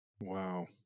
Wow